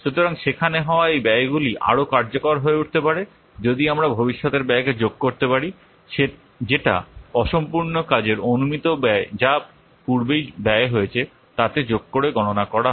সুতরাং সেখানে হওয়া এই ব্যয়গুলি আরও কার্যকর হয়ে উঠতে পারে যদি আমরা ভবিষ্যতের ব্যয়কে যোগ করতে পারি যেটা অসম্পূর্ণ কাজের অনুমিত ব্যয় যা পূর্বেই ব্যয় হয়েছে তাতে যোগ করে গণনা করা হয়